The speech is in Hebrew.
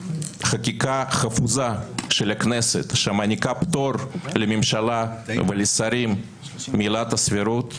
חקיקה חפוזה של הכנסת שמעניקה פטור לממשלה ולשרים מעילת הסבירות,